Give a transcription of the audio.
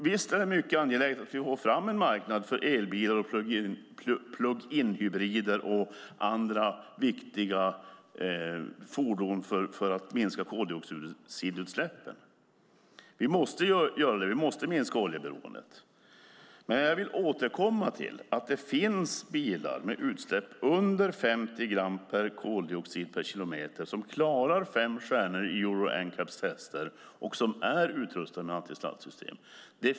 Visst är det mycket angeläget att vi får fram en marknad för elbilar, pluginhybrider och andra viktiga fordon för att minska koldioxidutsläppen. Vi måste göra det. Vi måste minska oljeberoendet. Men jag vill återkomma till att det finns bilar med utsläpp på under 50 gram koldioxid per kilometer som klarar fem stjärnor i Euro NCAP:s tester och som är utrustade med antisladdsystem.